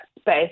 space